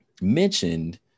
mentioned